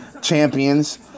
champions